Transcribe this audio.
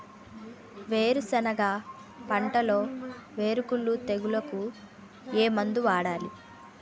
వేరుసెనగ పంటలో వేరుకుళ్ళు తెగులుకు ఏ మందు వాడాలి?